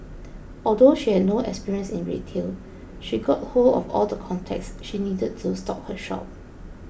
although she had no experience in retail she got hold of all the contacts she needed to stock her shop